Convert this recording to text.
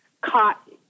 caught